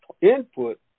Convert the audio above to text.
input